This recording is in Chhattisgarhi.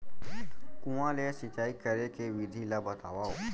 कुआं ले सिंचाई करे के विधि ला बतावव?